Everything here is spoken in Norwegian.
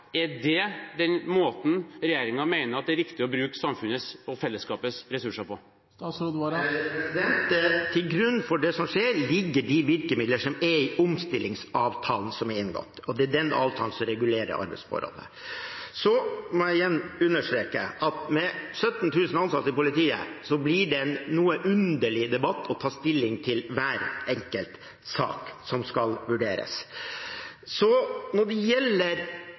Er det den måten regjeringen mener er riktig å bruke samfunnets og fellesskapets ressurser på? Til grunn for det som skjer, ligger de virkemidler som er i omstillingsavtalen som er inngått, og det er den avtalen som regulerer arbeidsforholdet. Så må jeg igjen understreke at med 17 000 ansatte i politiet blir det en noe underlig debatt å ta stilling til hver enkelt sak som skal vurderes. Når det gjelder